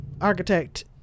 architect